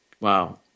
Wow